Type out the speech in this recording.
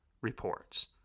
reports